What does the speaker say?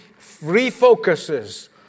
refocuses